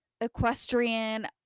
equestrian